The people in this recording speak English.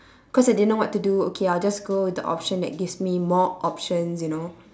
cause I didn't know what to do okay I'll just go with the option that gives me more options you know